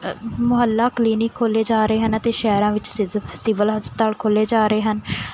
ਅ ਮਹੱਲਾ ਕਲੀਨਿਕ ਖੋਲ੍ਹੇ ਜਾ ਰਹੇ ਹਨ ਅਤੇ ਸ਼ਹਿਰਾਂ ਵਿੱਚ ਸਿਜ਼ ਸਿਵਲ ਹਸਪਤਾਲ ਖੋਲ੍ਹੇ ਜਾ ਰਹੇ ਹਨ